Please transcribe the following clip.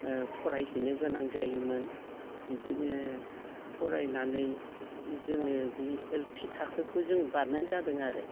फरायहैनो गोनां जायोमोन बिइदिनो फरायनानै जोङो बे एल पि थाखोखौ जों बारनाय जादों आरो